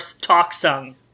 talk-sung